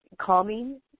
calming